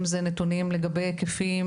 אם זה נתונים לגבי היקפים